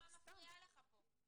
איפה המצלמה מפריעה לך פה?